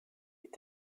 est